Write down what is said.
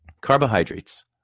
Carbohydrates